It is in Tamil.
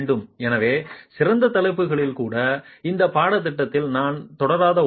எனவே சிறப்பு தலைப்புகளில் கூட இந்த பாடத்திட்டத்திற்குள் நான் தொடாத ஒன்று அது